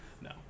No